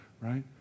right